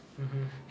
mmhmm